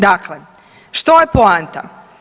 Dakle, što je poanta?